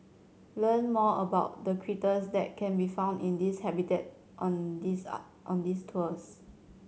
learn more about the critters that can be found in this habitat on these up on these tours